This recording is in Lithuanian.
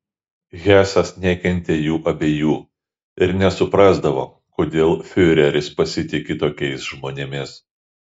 hesas nekentė jų abiejų ir nesuprasdavo kodėl fiureris pasitiki tokiais žmonėmis